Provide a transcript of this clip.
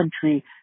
country